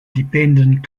dependent